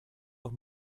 auch